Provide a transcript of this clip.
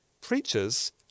preachers